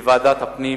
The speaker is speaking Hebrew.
לוועדת הפנים